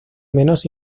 menos